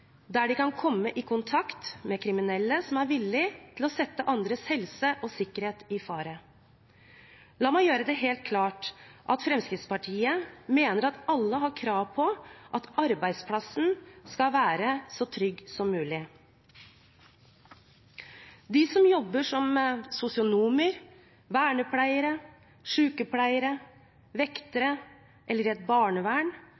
der de kan komme i kontakt med kriminelle som er villig til å sette andres helse og sikkerhet i fare. La meg gjøre det helt klart at Fremskrittspartiet mener at alle har krav på at arbeidsplassen skal være så trygg som mulig. De som jobber som sosionomer, vernepleiere, sykepleiere, vektere eller i